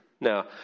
Now